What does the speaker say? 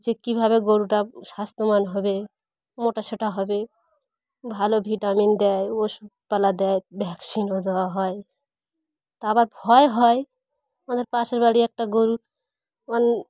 যে কীভাবে গরুটা স্বাস্থ্যবান হবে মোটা সোটা হবে ভালো ভিটামিন দেয় ওষুধপালা দেয় ভ্যাকসিনও দেওয়া হয় তা আবার ভয় হয় আমাদের পাশের বাড়ি একটা গরুর মানে